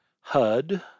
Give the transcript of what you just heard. Hud